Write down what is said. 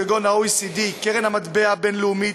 כגון ה-OECD וקרן המטבע הבין-לאומית,